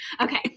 okay